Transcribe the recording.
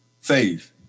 Faith